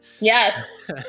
Yes